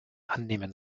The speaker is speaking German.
annehmen